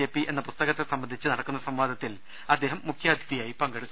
JP എന്ന പുസ്തകത്തെ സംബന്ധിച്ച് നട ക്കുന്ന സംവാദത്തിൽ അദ്ദേഹം മുഖ്യാതിഥിയായി പങ്കെടുക്കും